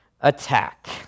attack